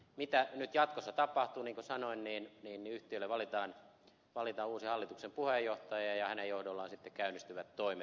mitä nyt jatkossa tapahtuu niin kuten sanoin yhtiölle valitaan uusi hallituksen puheenjohtaja ja hänen johdollaan sitten käynnistyvät toimet